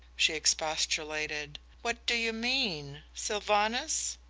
she expostulated, what do you mean. sylvanus.